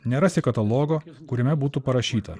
nerasi katalogo kuriame būtų parašyta